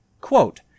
Quote